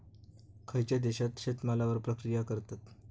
खयच्या देशात शेतमालावर प्रक्रिया करतत?